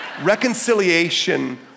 reconciliation